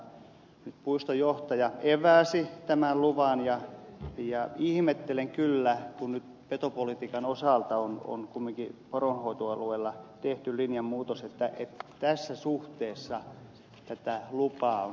puiston johtaja eväsi tämän luvan ja ihmettelen kyllä kun nyt petopolitiikan osalta on kumminkin poronhoitoalueella tehty linjanmuutos että tässä suhteessa tätä lupaa on kiristetty